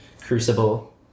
crucible